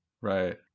Right